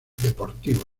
deportivo